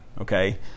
okay